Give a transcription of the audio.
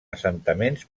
assentaments